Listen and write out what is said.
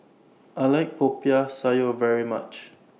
I like Popiah Sayur very much